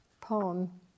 poem